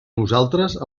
nosaltres